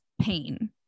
pain